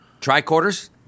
Tricorders